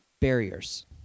barriers